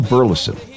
Burleson